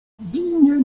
winien